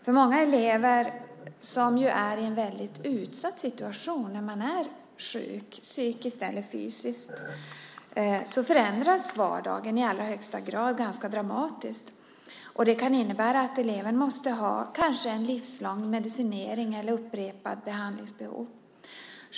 För många elever som är i en väldigt utsatt situation som man ju är när man är sjuk, psykiskt eller fysiskt, förändras vardagen dramatiskt. Det kan innebära att eleven måste ha en kanske livslång medicinering eller har behov av upprepade behandlingar.